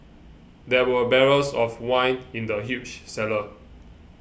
there were barrels of wine in the huge cellar